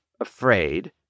afraid